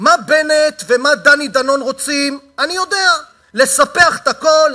מה בנט ומה דני דנון רוצים אני יודע: לספח הכול,